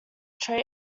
trade